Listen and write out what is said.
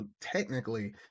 technically